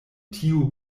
tiu